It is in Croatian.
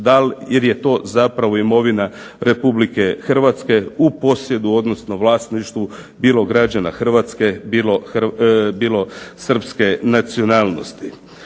jer je to zapravo imovina Republike Hrvatske u posjedu odnosno vlasništvu bilo građana Hrvatske, bilo Srpske nacionalnosti.